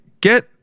get